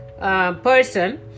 person